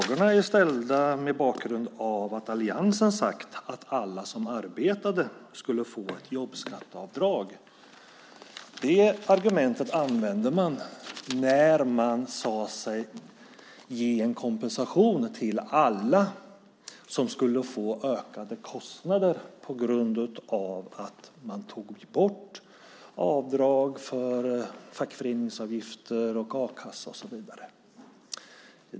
Frågorna är ställda mot bakgrund av att alliansen sagt att alla som arbetar ska få ett jobbskatteavdrag. Det argumentet använde man när man sade sig ge en kompensation till alla som skulle få ökade kostnader på grund av att avdrag för fackföreningsavgifter, a-kassa och så vidare togs bort.